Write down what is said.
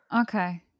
Okay